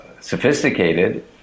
sophisticated